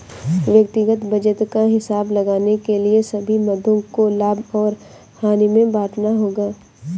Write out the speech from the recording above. व्यक्तिगत बचत का हिसाब लगाने के लिए सभी मदों को लाभ और हानि में बांटना होगा